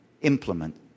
implement